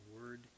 word